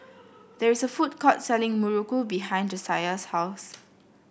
there is a food court selling muruku behind Jasiah's house